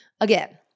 again-